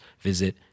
visit